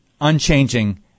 unchanging